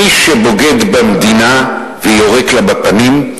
מי שבוגד במדינה ויורק לה בפנים,